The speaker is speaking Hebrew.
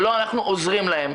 ולא אנחנו עוזרים להם,